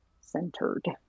centered